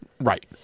Right